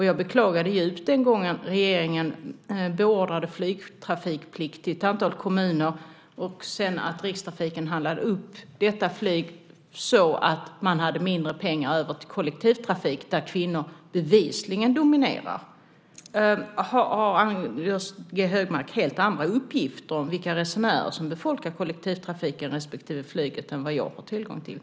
Jag beklagade djupt den gången regeringen beordrade flygtrafikplikt till ett antal kommuner och Rikstrafiken sedan handlade upp detta flyg så att man hade mindre pengar över till kollektivtrafik där kvinnor bevisligen dominerar. Har Anders G Högmark helt andra uppgifter om vilka resenärer som befolkar kollektivtrafiken respektive flyget än vad jag har tillgång till?